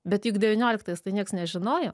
bet juk devynioliktais tai nieks nežinojo